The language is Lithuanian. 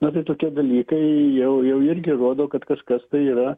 na tai tokie dalykai jau jau irgi rodo kad kažkas tai yra